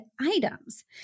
items